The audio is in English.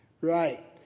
Right